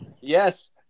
Yes